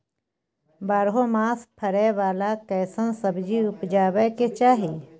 बारहो मास फरै बाला कैसन सब्जी उपजैब के चाही?